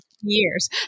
years